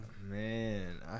Man